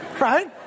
Right